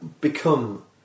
become